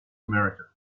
america